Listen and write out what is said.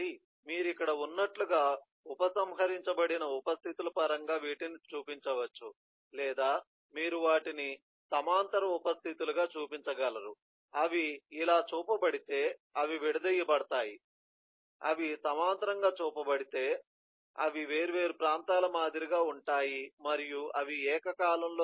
కాబట్టి మీరు ఇక్కడ ఉన్నట్లుగా ఉపసంహరించబడిన ఉప స్థితుల పరంగా వీటిని చూపించవచ్చు లేదా మీరు వాటిని సమాంతర ఉప స్థితులుగా చూపించగలరు అవి ఇలా చూపబడితే అవి విడదీయబడతాయి అవి సమాంతరంగా చూపబడితే అవి వేర్వేరు ప్రాంతాల మాదిరిగా ఉంటాయి మరియు అవి ఏకకాలంలో జరిగ